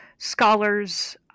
scholars